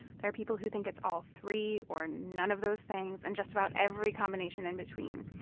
there are people who think it's all three or none of those things and just about every combination in between.